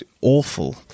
awful